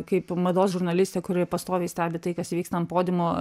kaip mados žurnalistė kuri pastoviai stebi tai kas vyksta ant podiumo